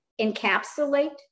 encapsulate